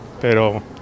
pero